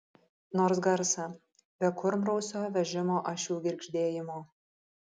nors garsą be kurmrausio vežimo ašių girgždėjimo